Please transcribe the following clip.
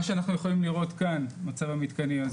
מה שאנחנו יכולים לראות כאן- מצב המתקנים אז